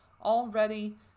Already